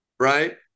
Right